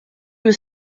was